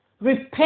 Repent